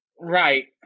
right